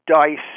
dice